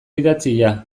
idatzia